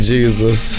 Jesus